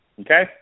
Okay